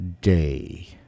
day